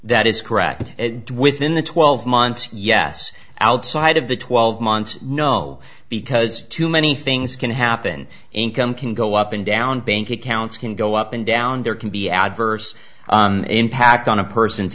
that is correct within the twelve months yes outside of the twelve months no because too many things can happen income can go up and down bank accounts can go up and down there can be adverse impact on a person's